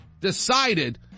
decided